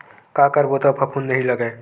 का करबो त फफूंद नहीं लगय?